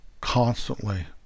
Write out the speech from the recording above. constantly